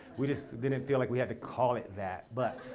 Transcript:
we just didn't feel like we had to call it that, but